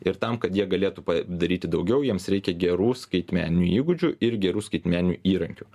ir tam kad jie galėtų padaryti daugiau jiems reikia gerų skaitmeninių įgūdžių ir gerų skaitmeninių įrankių